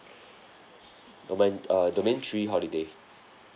domain uh domain three holiday